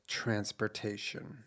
transportation